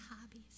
hobbies